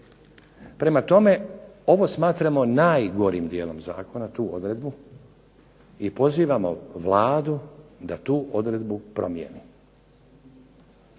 Prema tome, ovo smatramo najgorim dijelom zakona, tu odredbu i pozivamo Vladu da tu odredbu promijeni.